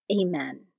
Amen